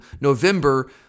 November